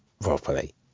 properly